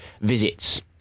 visits